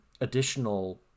additional